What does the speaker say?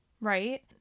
Right